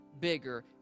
bigger